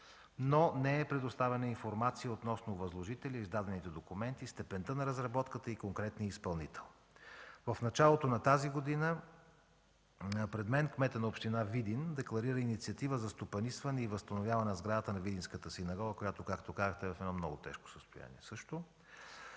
но не е предоставена информация относно възложителя, издадените документи, степента на разработката и конкретния изпълнител. В началото на тази година пред мен кметът на община Видин декларира инициатива за стопанисване и възстановяване на сградата на Видинската синагога, която, както казахте, също е в много тежко състояние.